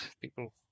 people